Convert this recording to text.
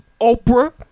Oprah